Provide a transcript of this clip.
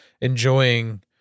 enjoying